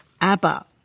ABBA